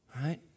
right